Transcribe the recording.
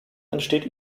entsteht